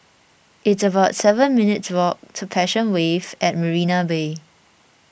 it's about seven minutes' walk to Passion Wave at Marina Bay